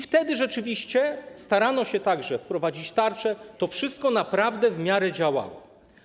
Wtedy rzeczywiście starano się wprowadzić tarcze, to wszystko naprawdę w miarę działało.